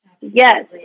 Yes